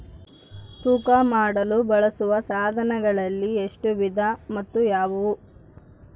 ತೂಕ ಮಾಡಲು ಬಳಸುವ ಸಾಧನಗಳಲ್ಲಿ ಎಷ್ಟು ವಿಧ ಮತ್ತು ಯಾವುವು?